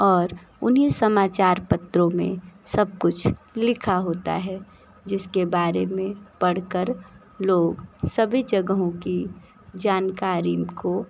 और उन्ही समाचार पत्रों में सब कुछ लिखा होता है जिसके बारे में पढ़कर लोग सभी जगहों की जानकारी उनको